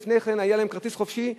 לפני כן היה להם כרטיס "חופשי חודשי",